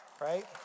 right